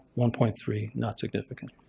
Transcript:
one point three, not significant.